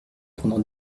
pendant